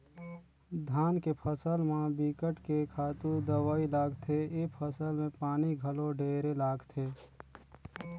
धान के फसल म बिकट के खातू दवई लागथे, ए फसल में पानी घलो ढेरे लागथे